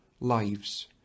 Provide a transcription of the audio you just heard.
lives